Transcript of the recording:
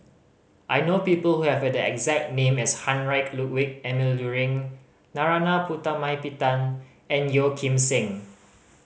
I know people who have the exact name as Heinrich Ludwig Emil Luering Narana Putumaippittan and Yeo Kim Seng